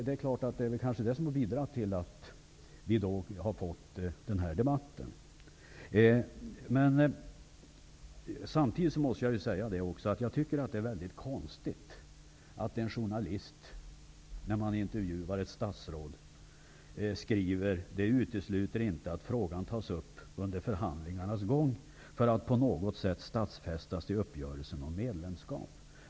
Det bidrar kanske till att den här debatten har uppkommit. Samtidigt tycker jag att det är väldigt konstigt att en journalist vid en intervju av ett statsråd skriver att det inte är uteslutet att frågan tas upp under förhandlingarnas gång för att på något sätt stadsfästas i uppgörelsen om medlemskap.